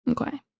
Okay